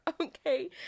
okay